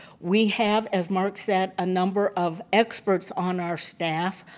we have, as mark said, a number of experts on our staff.